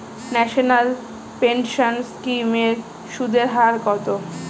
National pension scheme এর সুদের হার কত?